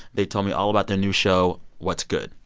they told me all about their new show, what's good.